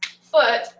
foot